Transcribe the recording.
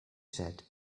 said